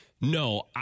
No